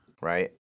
right